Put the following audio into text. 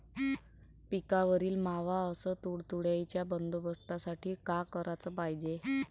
पिकावरील मावा अस तुडतुड्याइच्या बंदोबस्तासाठी का कराच पायजे?